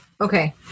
Okay